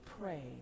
Pray